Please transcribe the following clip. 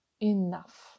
enough